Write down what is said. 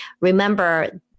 remember